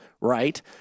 right